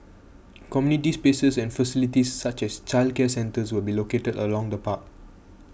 community spaces and facilities such as childcare centres will be located along the park